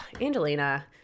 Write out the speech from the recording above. angelina